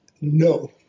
no